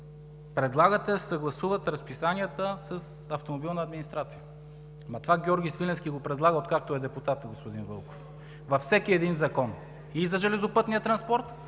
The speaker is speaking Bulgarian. Предлагате да се съгласуват разписанията с Автомобилна администрация. Ама това Георги Свиленски го предлага, откакто е депутат, господин Вълков, във всеки един закон – и за железопътния транспорт,